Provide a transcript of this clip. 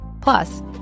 Plus